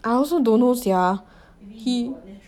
I also don't know sia he